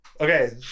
Okay